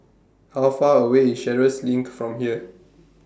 How Far away IS Sheares LINK from here